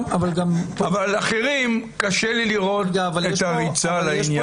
אבל אחרים קשה לי לראות את הריצה לעניין הזה.